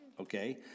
okay